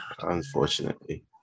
Unfortunately